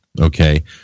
Okay